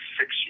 six